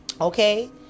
okay